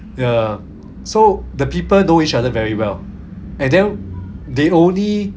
ya so the people know each other very well and then they only